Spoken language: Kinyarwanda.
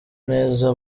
neza